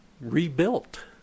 rebuilt